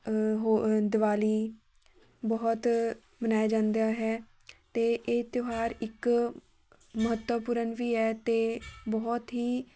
ਹੋ ਦੀਵਾਲੀ ਬਹੁਤ ਮਨਾਇਆ ਜਾਂਦਾ ਹੈ ਅਤੇ ਇਹ ਤਿਉਹਾਰ ਇੱਕ ਮਹੱਤਵਪੂਰਨ ਵੀ ਹੈ ਅਤੇ ਬਹੁਤ ਹੀ